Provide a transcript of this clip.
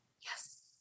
Yes